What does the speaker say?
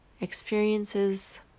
experiences